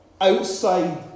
Outside